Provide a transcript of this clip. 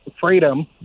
freedom